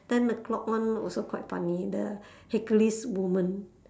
ten o'clock one also quite funny the hercules woman